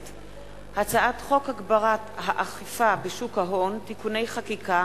הצעת חוק הגברת האכיפה בשוק ההון (תיקוני חקיקה),